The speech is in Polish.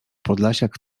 podlasiak